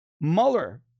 Mueller